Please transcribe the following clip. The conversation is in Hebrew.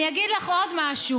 הזמן, אני אגיד לך עוד משהו.